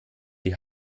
die